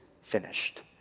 finished